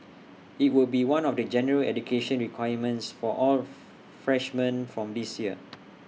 IT will be one of the general education requirements for all freshmen from this year